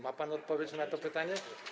Ma pan odpowiedź na to pytanie?